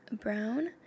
brown